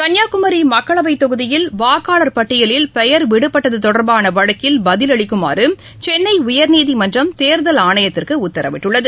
கன்னியாகுமரி மக்களவை தொகுதியில் வாக்காளர் பட்டியலில் பெயர் விடுபட்டது தொடர்பான வழக்கில் பதில் அளிக்குமாறு சென்னை உயர்நீதிமன்றம் தேர்தல் ஆணையத்திற்கு உத்தரவிட்டுள்ளது